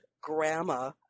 grandma